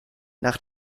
nach